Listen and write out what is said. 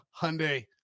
Hyundai